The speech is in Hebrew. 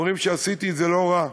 אומרים שעשיתי את זה לא רע.